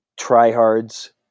tryhards